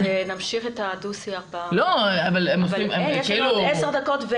נמשיך את הדו שיח ב- -- לא אבל הם --- יש לנו עוד 10 דקות.